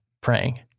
praying